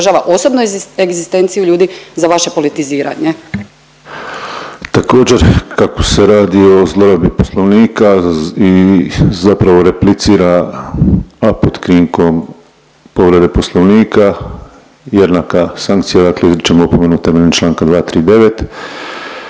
osobnu egzistenciju ljudi za vaše politiziranje. **Penava, Ivan (DP)** Također, kako se radi o zlorabi Poslovnika i zapravo replicira, a pod krinkom povrede Poslovnika, jednaka sankcija, dakle izričem opomenu temeljem čl. 239.